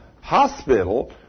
hospital